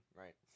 right